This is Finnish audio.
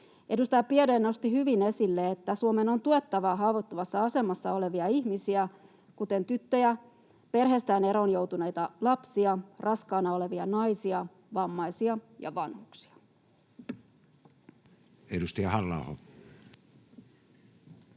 Edustaja Biaudet nosti hyvin esille, että Suomen on tuettava haavoittuvassa asemassa olevia ihmisiä, kuten tyttöjä, perheestään eroon joutuneita lapsia, raskaana olevia naisia, vammaisia ja vanhuksia. Edustaja Halla-aho.